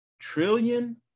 trillion